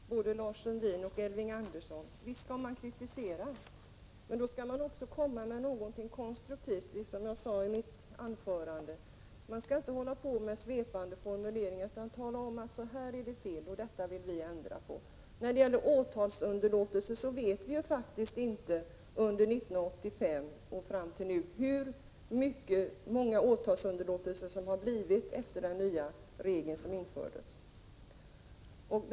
Fru talman! Till både Lars Sundin och Elving Andersson säger jag: Visst kan man kritisera, men då skall man också komma med någonting konstruktivt, som jag sade tidigare. Man skall inte använda svepande formuleringar utan tala om att det här är fel, och så här vill vi ändra på det. Vi vet faktiskt inte hur många åtalsunderlåtelser som har skett sedan den nya regeln infördes 1985.